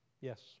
Yes